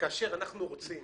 אנחנו רוצים